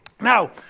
Now